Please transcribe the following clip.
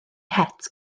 het